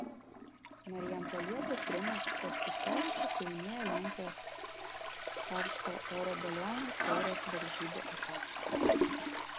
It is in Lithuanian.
marijampolietis rimas kostiuškevičius laimėjo lenkijos karšto oro balionų taurės varžybų etapą